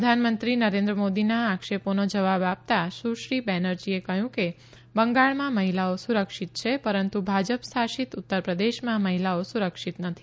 પ્રધાનમંત્રી નરેન્ન મોદીના આક્ષેપોનો જવાબ આપતાં સુશ્રી બેનર્જીએ કહ્યું કે બંગાળમાં મહિલાઓ સુરક્ષિત છે પરંતુ ભાજપ શાસિત ઉત્તરપ્રદેશમાં મહિલાઓ સુરક્ષિત નથી